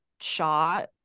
shot